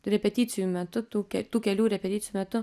repeticijų metu tų tų kelių repeticijų metu